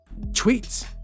Tweets